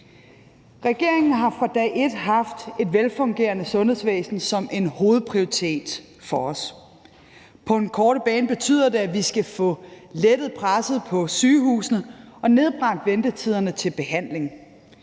Regeringen har vi fra dag et haft et velfungerende sundhedsvæsen som en hovedprioritet for os. På den korte bane betyder det, at vi skal få lettet presset på sygehusene og nedbragt ventetiderne til behandling.